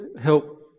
help